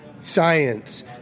science